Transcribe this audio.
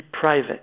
private